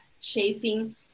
shaping